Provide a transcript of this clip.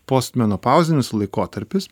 postmenopauzinis laikotarpis